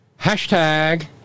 hashtag